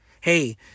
Hey